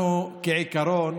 אנחנו בעיקרון,